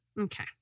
Okay